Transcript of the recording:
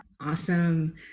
Awesome